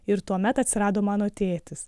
ir tuomet atsirado mano tėtis